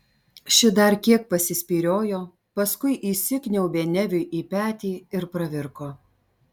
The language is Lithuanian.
ši dar kiek pasispyriojo paskui įsikniaubė neviui į petį ir pravirko